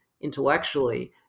intellectually